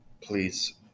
please